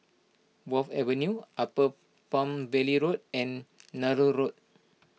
Wharf Avenue Upper Palm Valley Road and Nallur Road